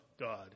God